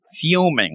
fuming